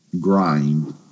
grind